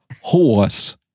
horse